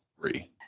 three